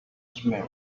smell